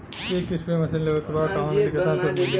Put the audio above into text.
एक spray machine लेवे के बा कहवा मिली केतना छूट मिली?